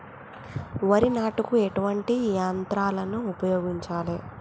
వరి నాటుకు ఎటువంటి యంత్రాలను ఉపయోగించాలే?